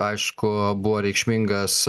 aišku buvo reikšmingas